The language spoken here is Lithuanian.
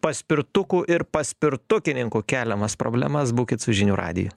paspirtukų ir paspirtukininkų keliamas problemas būkit su žinių radiju